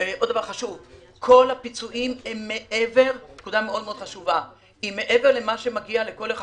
כל הפיצויים הם מעבר למה שמגיע לכל אחד